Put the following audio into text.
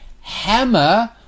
hammer